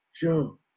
Joe